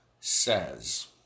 says